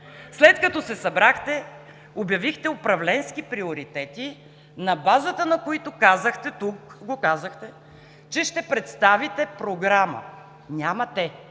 След като се събрахте, обявихте управленски приоритети, на базата на които казахте тук, че ще представите Програма. Нямате!